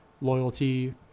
loyalty